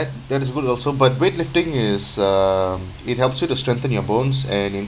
that is good also but weightlifting is uh it helps you to strengthen your bones and it